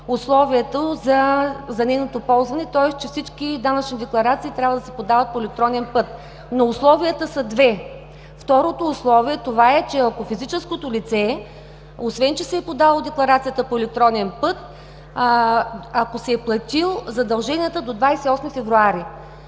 условията за нейното ползване, тоест всички данъчни декларации трябва да се подават по електронен път, но условията са две. Второто условие е това, че ако физическото лице, освен че си е подало декларацията по електронен път, ако си е платил задълженията до 28 февруари